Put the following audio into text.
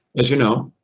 as you know,